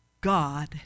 God